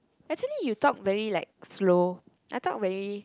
actually you talk very like slow I talk very